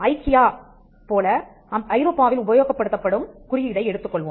IKEA போல ஐரோப்பாவில் உபயோகப்படுத்தப்படும் குறியீடை எடுத்துக்கொள்வோம்